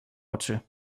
oczy